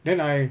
then I